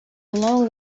along